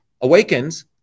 awakens